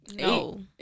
no